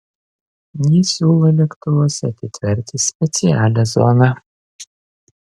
ji siūlo lėktuvuose atitverti specialią zoną